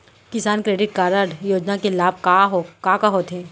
किसान credit card योजना के लाभ का का होथे?